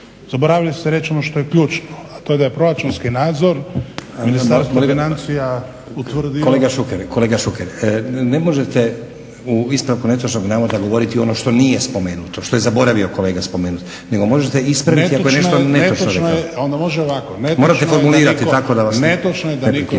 zaboravili ste reći ono što je ključno, a to je da je proračunski nadzor Ministarstva financija… **Stazić, Nenad (SDP)** Kolega Šuker, ne možete u ispravku netočnog navoda govoriti ono što nije spomenuto, što je zaboravio kolega spomenuti nego možete ispraviti ako je nešto netočno rekao. Morate formulirati. **Šuker, Ivan